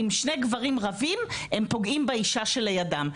אם שני גברים רבים הם פוגעים באישה שלידם.